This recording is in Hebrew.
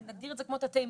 נגדיר את זה כמו תתי מוקדים.